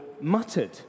muttered